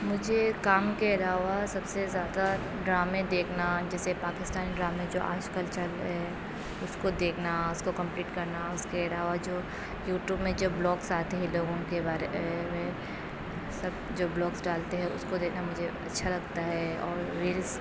مجھے کام کے علاوہ سب سے زیادہ ڈرامے دیکھنا جیسے پاکستانی ڈرامے جو آج کل چل رہے ہیں اس کو دیکھنا اس کو کمپلیٹ کرنا اس کے علاوہ جو یوٹیوب میں جو بلاگس آتے ہیں لوگوں کے بارے میں سب جو بلاگس ڈالتے ہیں اس کو دیکھنا مجھے اچھا لگتا ہے اور ریلز